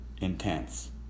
intense